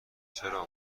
چرا